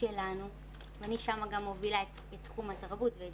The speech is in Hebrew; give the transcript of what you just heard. אני שם גם מובילה את תחום התרבות ואת